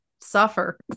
suffer